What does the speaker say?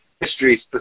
history